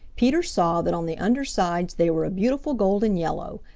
peter saw that on the under sides they were a beautiful golden-yellow,